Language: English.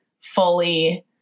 fully